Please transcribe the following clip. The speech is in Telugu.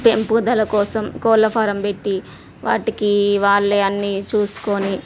పెంపుదల కోసం కోళ్ళ ఫారమ్ పెట్టి వాటికి వాళ్ళే అన్ని చూసుకొని